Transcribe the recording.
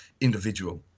individual